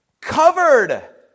Covered